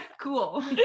cool